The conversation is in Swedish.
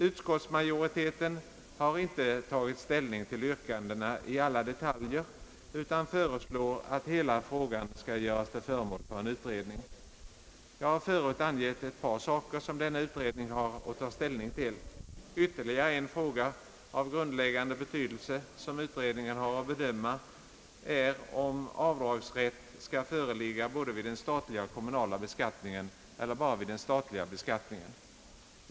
Utskottsmajoriteten har inte tagit ställning till yrkandena i alla detaljer utan föreslår att hela frågan skall göras till föremål för en utredning. Jag har förut angett ett par saker som denna utredning har att ta ställning till. Ytterligare en fråga av grundläggande betydelse som utredningen har att bedöma är om avdragsrätt skall föreligga både vid den statliga och den kommunala beskattningen eller bara vid den statliga beskattningen.